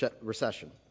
recession